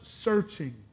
searching